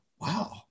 wow